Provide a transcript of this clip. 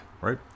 right